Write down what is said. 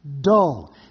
dull